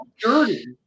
dirty